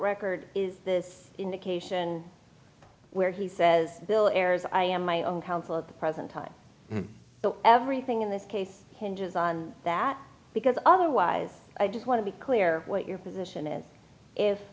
record is the indication where he says bill ayres i am my own counsel at the present time the everything in this case hinges on that because otherwise i just want to be clear what your position is